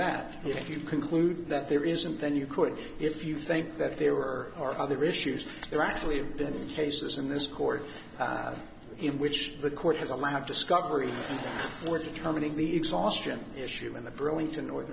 that if you conclude that there isn't then you could if you think that there were other issues there actually have been cases in this court in which the court has allowed discovery or determining the exhaustion issue in the burlington north